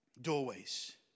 Doorways